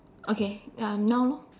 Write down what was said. okay uh now lor